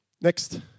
Next